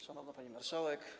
Szanowna Pani Marszałek!